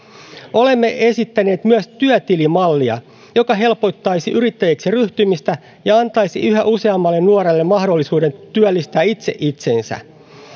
olemme esittäneet myös työtilimallia joka helpottaisi yrittäjäksi ryhtymistä ja antaisi yhä useammalle nuorelle mahdollisuuden työllistää itse itsensä